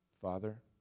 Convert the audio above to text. Father